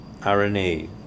RNA